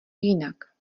jinak